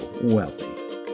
wealthy